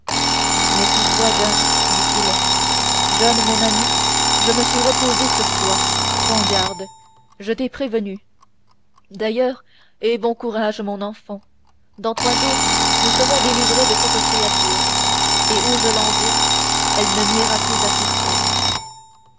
méfie toi john dit-il john mon ami je me suis reposé sur toi prends garde je t'ai prévenu d'ailleurs aie bon courage mon enfant dans trois jours nous serons délivrés de cette créature et où je l'envoie elle ne nuira plus à personne